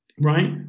right